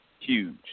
huge